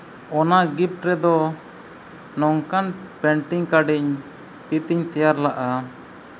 ᱚᱱᱟ ᱜᱤᱯᱷᱴ ᱨᱮᱫᱚ ᱱᱚᱝᱠᱟᱱ ᱯᱮᱹᱱᱴᱤᱝ ᱠᱟᱨᱰ ᱤᱧ ᱛᱤ ᱛᱤᱧ ᱵᱮᱱᱟᱣ ᱞᱮᱫᱼᱟ